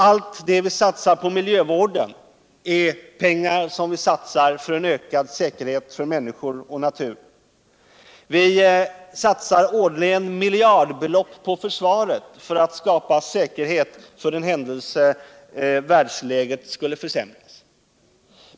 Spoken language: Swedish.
Allt det vi satsar på miljövården är pengar som satsas för ökad säkerhet för människor och natur. Vi satsar årligen miljardbelopp på försvaret för att skapa säkerhet för den händelse världsläget skulle försämras.